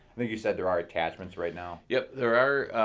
i think you said there are attachments right now. yup. there are.